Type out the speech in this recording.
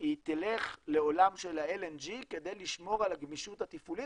תלך לעולם של ה-LNG כדי לשמור על הגמישות התפעולית,